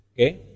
Okay